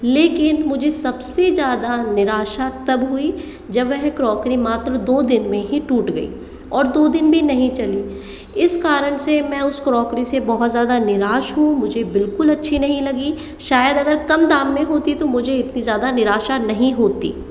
लेकिन मुझे सबसे ज़्यादा निराशा तब हुई जब वह क्रॉकरी मात्र दो दिन मे ही टूट गई और दो दिन भी नहीं चली इस कारण से मैं उस क्रॉकरी से बहुत ज्यादा निराश हूँ मुझे बिल्कुल अच्छी नहीं लगी शायद अगर कम दाम में होती तो मुझे इतनी ज्यादा निराशा नहीं होती